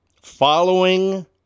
following